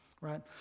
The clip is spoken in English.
right